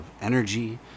energy